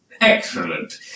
Excellent